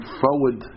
forward